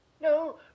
No